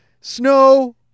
snow